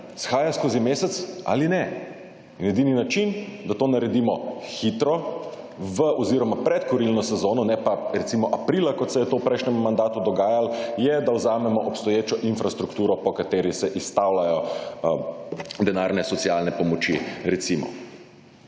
shaja skozi mesec ali ne in edini način, da to naredimo hitro oziroma pred kurilno sezono ne pa recimo aprila kot se je to v prejšnjem mandatu dogajalo je, da vzamemo obstoječo infrastrukturo, po kateri se izstavljajo denarne socialne pomoči recimo